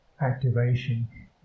activation